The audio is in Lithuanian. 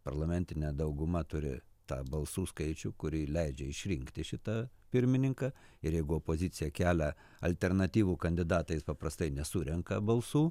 parlamentinė dauguma turi tą balsų skaičių kuri leidžia išrinkti šitą pirmininką ir jeigu opozicija kelia alternatyvų kandidatą jis paprastai nesurenka balsų